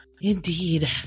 Indeed